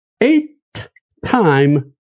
Eight-time